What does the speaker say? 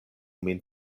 min